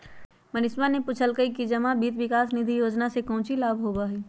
मनीषवा ने पूछल कई कि जमा वित्त विकास निधि योजना से काउची लाभ होबा हई?